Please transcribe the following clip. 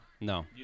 No